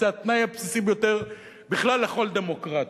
זה התנאי הבסיסי ביותר בכלל לכל דמוקרטיה.